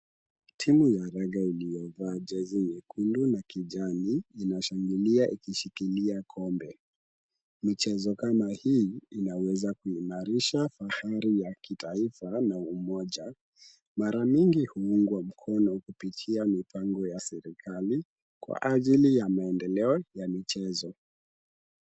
Timu ya raga iliyovaa jezi nyekundu na kijani inashangilia ikishikilia kombe. Michezo kama hii inaweza kuimarisha fahari ya kitaifa na umoja. Mara mingi huungwa mkono kupitia mipango ya serikali kwa ajili ya maendeleo ya michezo.